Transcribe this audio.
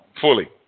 fully